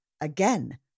Again